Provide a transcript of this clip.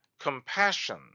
compassion